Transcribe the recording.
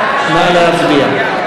נא להצביע.